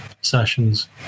sessions